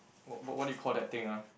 oh but what do you call that thing ah